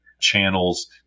channels